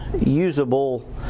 usable